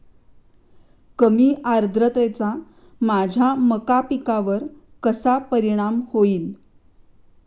कमी आर्द्रतेचा माझ्या मका पिकावर कसा परिणाम होईल?